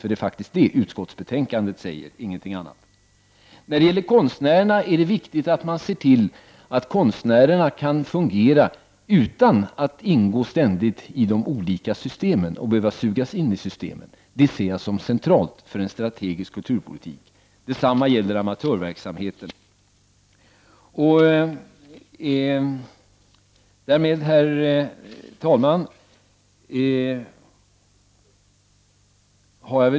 Det är faktiskt den saken utskottsbetänkandet säger, ingenting annat. När det gäller konstnärerna är det viktigt att se till att konstnärerna kan fungera utan att ständigt ingå i de olika systemen och behöva sugas in i systemen. Det ser jag som centralt för en strategisk kulturpolitik. Detsamma gäller amatörverksamheten. Herr talman!